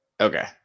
okay